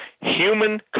human